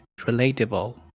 relatable